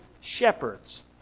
shepherds